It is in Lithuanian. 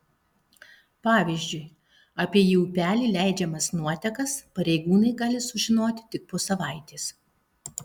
pavyzdžiui apie į upelį leidžiamas nuotekas pareigūnai gali sužinoti tik po savaitės